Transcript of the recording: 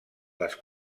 les